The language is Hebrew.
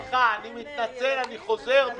סליחה, אני מתנצל, אני חוזר בי.